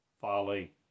folly